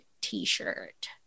t-shirt